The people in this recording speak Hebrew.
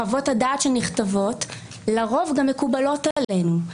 חוות הדעת שנכתבות לרוב גם מקובלות עלינו.